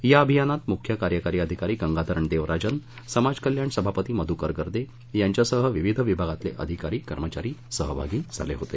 या अभियानात मुख्य कार्यकारी अधिकारी गंगाधरण देवराजन समाज कल्याण सभापती मधुकर गर्दे यांच्यासह विविध विभागातले अधिकारी कर्मचारी सहभागी झाले होते